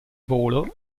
volo